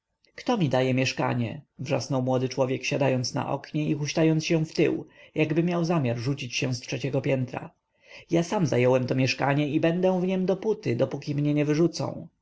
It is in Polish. kto mi daje mieszkanie wrzasnął młody człowiek siadając na oknie i huśtając się wtył jakby miał zamiar rzucić się z trzeciego piętra ja sam zająłem to mieszkanie i będę w niem dopóty dopóki mnie nie wyrzucą